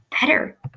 better